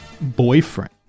boyfriend